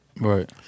Right